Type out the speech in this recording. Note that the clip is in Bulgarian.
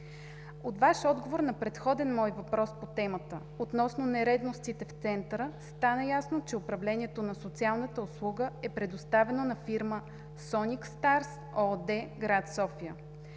От Ваш отговор на предходен мой въпрос по темата относно нередностите в Центъра стана ясно, че управлението на социалната услуга е предоставена на фирма „Соник старт“ ООД – град София.